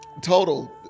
total